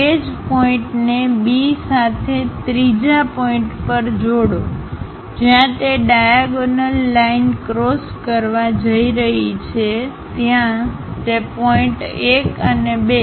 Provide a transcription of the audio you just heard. તે જ પોઇન્ટને B સાથે ત્રીજા પોઇન્ટપર જોડો જ્યાં તે ડાયાગોનલ લાઈન ક્રોસ કરવા જઇ રહી છે ત્યાં તે પોઇન્ટ 1 અને 2